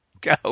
Go